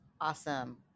awesome